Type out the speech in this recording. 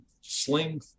sling